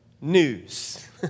news